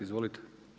Izvolite.